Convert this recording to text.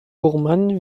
burman